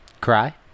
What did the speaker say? Cry